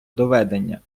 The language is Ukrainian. доведення